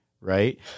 Right